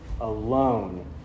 alone